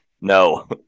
no